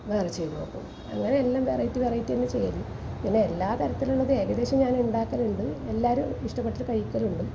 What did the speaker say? വേറെ ചെയ്ത് നോക്കും അങ്ങനെ എല്ലാം വെറൈറ്റി വെറൈറ്റി തന്നെ ചെയ്യുന്നത് പിന്നെ എല്ലാത്തരത്തിലും ഉള്ളത് ഏകദേശം ഞാൻ ഉണ്ടാക്കലുണ്ട് എല്ലാവരും ഇഷ്ടപെട്ടിട്ട് കഴിക്കലുണ്ട്